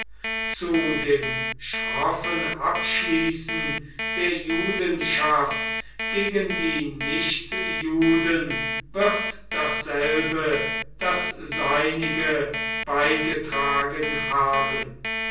zu dem schroffen abschließen der judenschaft gegen die nichtjuden wird dasselbe das seinige beigetragen haben